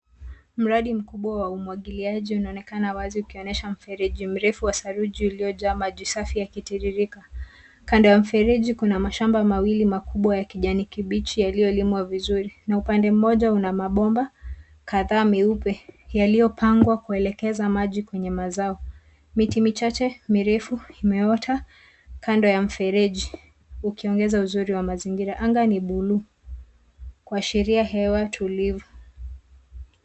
Mradi mkubwa wa umwagiliaji unaonekana wazi ukionyesha mfereji mrefu wa saruji uliojaa maji safi yakitiririka. Kando ya mfereji kuna mashamba mawili makubwa ya kijani kibichi yaliyolimwa vizuri, na upande mmoja una mabomba kadhaa meupe yaliyopangwa kuelekeza maji kwenye mazao. Miti michache mirefu imeota kando ya mfereji ukiongeza uzuri wa mazingira. Anga ni buluu kuashiria hewa tulivu.